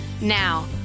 Now